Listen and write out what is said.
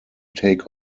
take